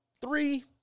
three